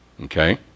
Okay